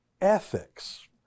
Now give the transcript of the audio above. ethics